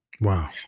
Wow